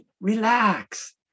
relax